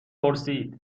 پرسید